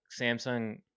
Samsung